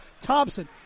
Thompson